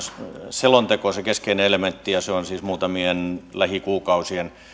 selonteko se keskeinen elementti ja se on siis muutamien lähikuukausien